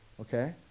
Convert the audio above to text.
okay